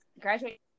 Graduate